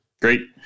great